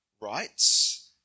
rights